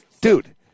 dude